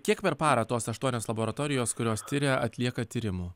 kiek per parą tos aštuonios laboratorijos kurios tiria atlieka tyrimų